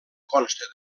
consta